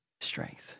strength